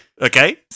Okay